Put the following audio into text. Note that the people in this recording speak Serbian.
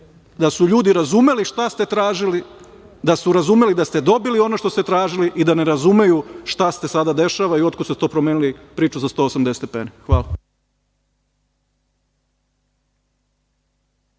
da su ljudi razumeli šta ste tražili, da su razumeli da ste dobili ono što ste tražili i da ne razumeju šta se sada dešava i otkud ste to promenili priču za 180 stepeni. Hvala.